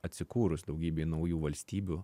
atsikūrus daugybei naujų valstybių